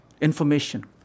Information